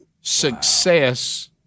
success